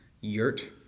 yurt